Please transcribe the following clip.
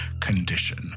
condition